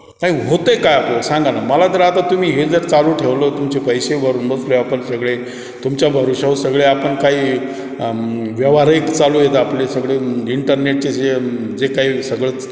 नाही काय होतं आहे काय सांगा ना मला जर आता तुम्ही हे जर चालू ठेवलं तुमचे पैसे भरून बसले आपण सगळे तुमच्या भरवशावर सगळे आपण काही व्यवहारही चालू आहेत आपले सगळे इंटरनेटचे जे जे काही सगळंच